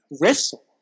wrestle